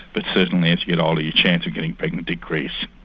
but certainly as you get older your chance of getting pregnant decreases.